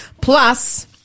Plus